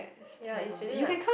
ya it's really like